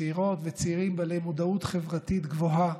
צעירות וצעירים בעלי מודעות חברתית גבוהה,